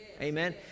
Amen